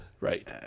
Right